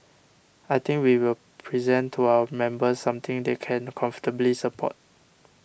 I think we will present to our members something they can comfortably support